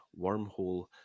wormhole